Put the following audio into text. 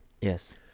Yes